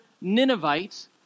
Ninevites